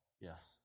yes